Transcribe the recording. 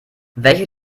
welche